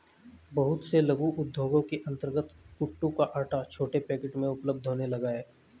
बहुत से लघु उद्योगों के अंतर्गत कूटू का आटा छोटे पैकेट में उपलब्ध होने लगा है